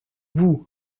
vous